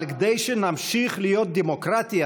אבל כדי שנמשיך להיות דמוקרטיה,